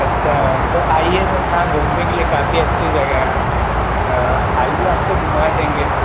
अच्छा तो आइए मैम यहाँ घूमने के लिए काफी अच्छी जगह हैं आइए आपको घूमा देंगे